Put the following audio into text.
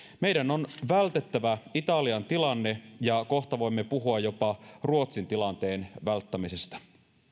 meidän on vältettävä italian tilanne ja kohta voimme puhua jopa ruotsin tilanteen välttämisestä